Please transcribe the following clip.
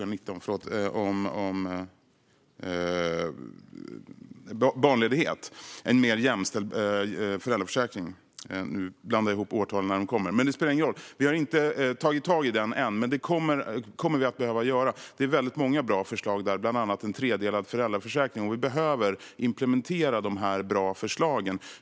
Den handlar om barnledighet och en mer jämställd föräldraförsäkring. Nu blandar jag ihop årtalen, men det spelar ingen roll. Vi har inte tagit tag i den än, men det kommer vi att behöva göra. Det finns väldigt många bra förslag där, bland annat om en tredelad föräldraförsäkring. Vi behöver implementera de bra förslagen.